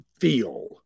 feel